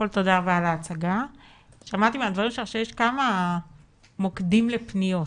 שיש כמה מוקדים לפניות.